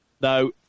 no